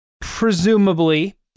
presumably